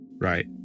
Right